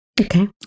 Okay